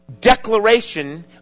declaration